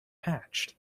hatched